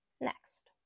Next